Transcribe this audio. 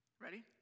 Ready